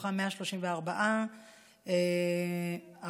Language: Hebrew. מתוכם 134 ערבים,